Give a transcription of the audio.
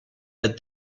but